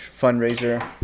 fundraiser